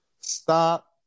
Stop